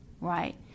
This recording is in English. right